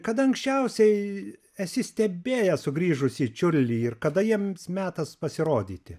kada anksčiausiai esi stebėjęs sugrįžusį čiurlį ir kada jiems metas pasirodyti